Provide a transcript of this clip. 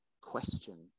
question